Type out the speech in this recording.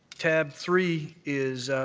tab three is